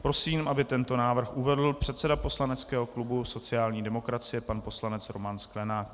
Prosím, aby tento návrh uvedl předseda poslaneckého klubu sociální demokracie pan poslanec Roman Sklenák.